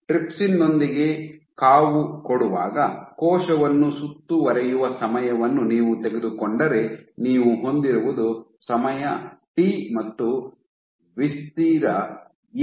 trypsin ನೊಂದಿಗೆ ಕಾವುಕೊಡುವಾಗ ಕೋಶವನ್ನು ಸುತ್ತುವರೆಯುವ ಸಮಯವನ್ನು ನೀವು ತೆಗೆದುಕೊಂಡರೆ ನೀವು ಹೊಂದಿರುವುದು ಸಮಯ ಟಿ ಮತ್ತು ವಿಸ್ತೀರ ಎ